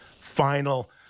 final